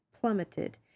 plummeted